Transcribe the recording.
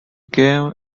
game